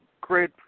great